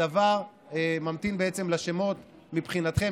הדבר ממתין לשמות שלכם,